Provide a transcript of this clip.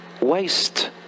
waste